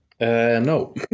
No